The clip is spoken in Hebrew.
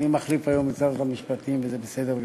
גם בשם שרת המשפטים, בסדר גמור.